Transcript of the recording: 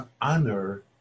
honor